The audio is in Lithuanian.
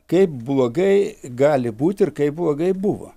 kaip blogai gali būti ir kaip blogai buvo